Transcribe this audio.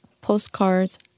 postcards